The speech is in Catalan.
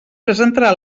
presentarà